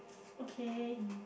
okay